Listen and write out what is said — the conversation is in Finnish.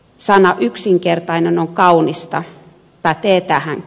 sanonta yksinkertainen on kaunista pätee tähänkin